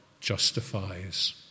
justifies